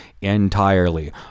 entirely